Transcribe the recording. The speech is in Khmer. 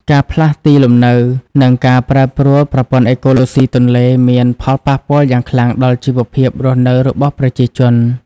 ការផ្លាស់ទីលំនៅ និងការប្រែប្រួលប្រព័ន្ធអេកូឡូស៊ីទន្លេមាន ផលប៉ះពាល់យ៉ាងខ្លាំងដល់ជីវភាពរស់នៅរបស់ប្រជាជន។